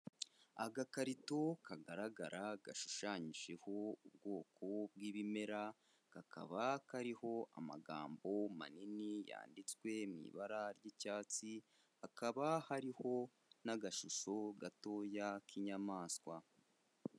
Agakarito kagaragara gashushanyijeho ubwoko bw'ibimera, kakaba kariho amagambo manini yanditswe mu ibara ry'icyatsi, hakaba hariho n'agashusho gatoya k'inyamaswa.